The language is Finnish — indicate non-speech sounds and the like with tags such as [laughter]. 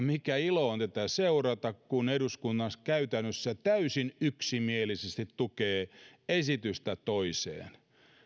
[unintelligible] mikä ilo on tätä seurata kun eduskunta käytännössä täysin yksimielisesti tukee näitä esityksestä toiseen